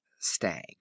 STAG